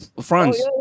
France